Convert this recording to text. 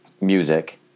music